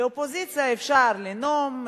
באופוזיציה אפשר לנאום,